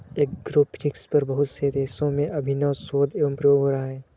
agrophysics पर बहुत से देशों में अभिनव शोध एवं प्रयोग हो रहा है